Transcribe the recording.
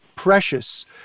precious